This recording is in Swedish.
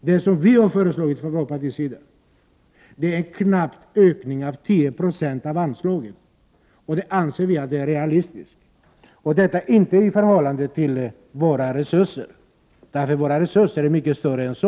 Det som vi föreslagit från vårt partis sida är en ökning med knappt 10 96 av anslagen, och det anser vi vara realistiskt, dock inte i förhållande till våra resurser, som är mycket större än så.